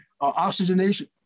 oxygenation